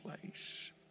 place